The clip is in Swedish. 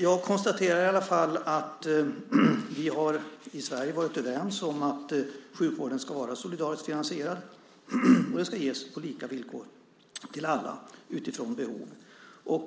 Jag konstaterar i alla fall att vi i Sverige har varit överens om att sjukvården ska vara solidariskt finansierad, och den ska ges på lika villkor till alla utifrån behov.